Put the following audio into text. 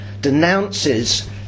denounces